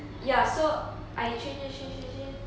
ya so I train train train train train